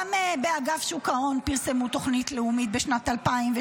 גם באגף שוק ההון פרסמו תוכנית לאומית בשנת 2012,